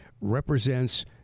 represents